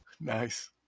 Nice